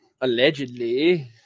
Allegedly